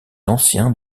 anciens